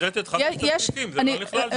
הקראת את חמשת הפריטים, זה לא נכלל שם.